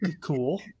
Cool